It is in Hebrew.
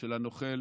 של הנוכל